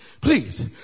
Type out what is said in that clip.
please